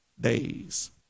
days